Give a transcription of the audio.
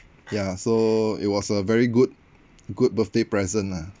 ya so it was a very good good birthday present lah